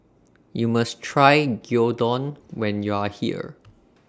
YOU must Try Gyudon when YOU Are here